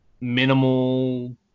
minimal